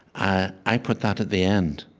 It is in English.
i i put that at the end,